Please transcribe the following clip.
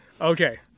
okay